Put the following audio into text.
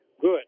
good